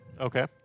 Okay